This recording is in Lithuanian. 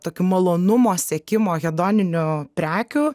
tokių malonumo sekimo hedoninių prekių